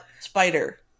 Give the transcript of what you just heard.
spider